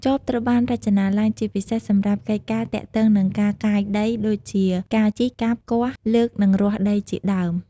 ចបត្រូវបានរចនាឡើងជាពិសេសសម្រាប់កិច្ចការទាក់ទងនឹងការកាយដីដូចជាការជីក កាប់ គាស់ លើកនិងរាស់ដី ជាដើម។